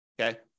Okay